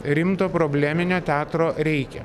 rimto probleminio teatro reikia